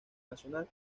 nacional